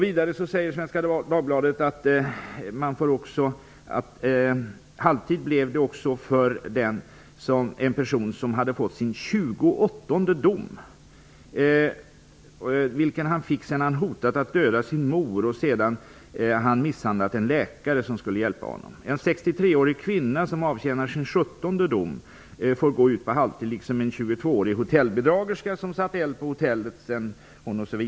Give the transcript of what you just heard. Vidare sägs det i Svenska Dagbladet att det blev halvtid också för en person som hade fått sin tjugoåttonde dom, vilken han fick sedan han hotat att döda sin mor och misshandlat en läkare som skulle hjälpa honom. En 63-årig kvinna som avtjänar sin sjuttonde dom får gå ut efter halvtid, liksom en 22-årig hotellbedragerska som satt eld på ett hotell.